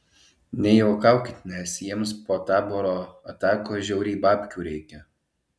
nejuokaukit nes jiems po taboro atakos žiauriai babkių reikia